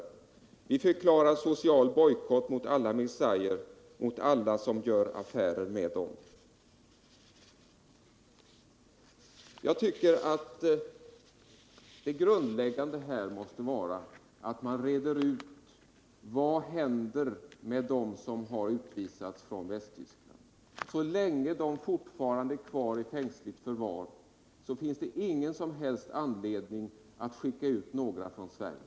Vi = ärenden förklarar social bojkott mot alla mirzaier och mot alla som gör affärer med dem.” Jag tycker att det grundläggande måste vara att man reder ut vad som händer med dem som har utvisats från Västtyskland. Så länge de är kvar i fängsligt förvar finns det ingen anledning att skicka ut någon från Sverige.